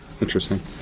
interesting